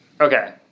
Okay